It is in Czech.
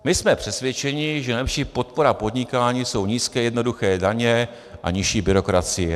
My jsme přesvědčeni, že nejlepší podpora podnikání jsou nízké jednoduché daně a nižší byrokracie.